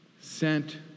Sent